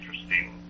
interesting